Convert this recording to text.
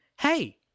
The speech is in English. hey